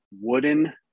wooden